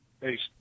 Thanks